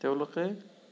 তেওঁলোকে